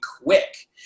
quick